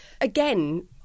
Again